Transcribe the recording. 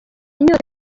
inyota